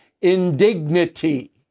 indignity